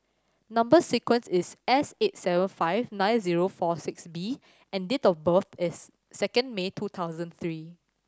number sequence is S eight seven five nine zero four six B and date of birth is second May two thousand three